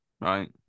right